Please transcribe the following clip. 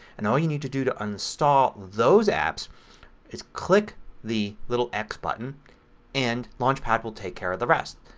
and all you need to do to uninstall those apps is click the little x button and launchpad will take care of the rest.